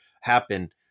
happen